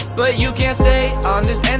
but you can't say on this end